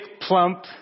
plump